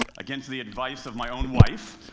against the advice of my own wife,